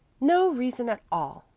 no reason at all,